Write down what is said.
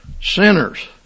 sinners